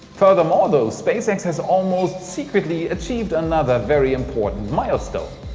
further more though, spacex has almost secretly achieved another very important milestone.